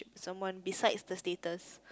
someone besides the status